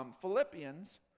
Philippians